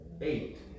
Eight